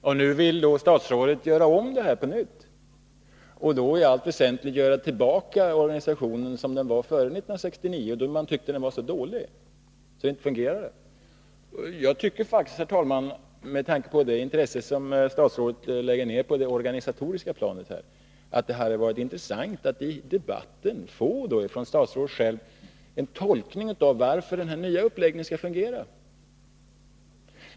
Och nu vill statsrådet göra om detta på nytt och i allt väsentligt utforma organisationen som den var före 1969, då man tyckte den var så dålig och inte fungerade. Med anledning av det intresse som statsrådet lägger ned på det organisatoriska planet tycker jag faktiskt, herr talman, att det hade varit intressant att i debatten från statsrådet få en tolkning av hur den nya uppläggningen skall fungera.